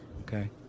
Okay